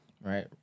right